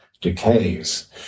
decays